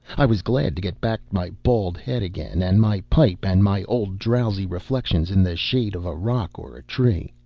i was glad to get back my bald head again, and my pipe, and my old drowsy reflections in the shade of a rock or a tree.